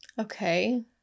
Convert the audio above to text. Okay